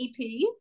EP